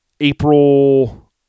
April